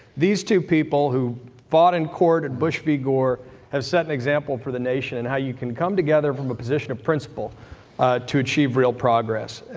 these two people who fought in court in bush v gore have set an example for the nation in how you can come together from a position of principle to achieve real progress.